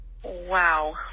Wow